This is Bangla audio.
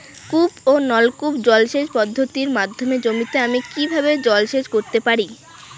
কূপ ও নলকূপ জলসেচ পদ্ধতির মাধ্যমে জমিতে আমি কীভাবে জলসেচ করতে পারি?